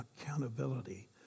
accountability